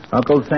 Uncle